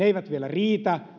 eivät vielä riitä